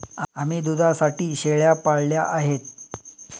आम्ही दुधासाठी शेळ्या पाळल्या आहेत